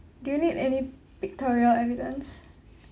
do you need any pictorial evidence